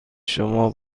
شما